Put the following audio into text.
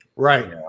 Right